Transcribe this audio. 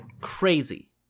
Crazy